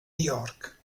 york